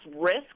risk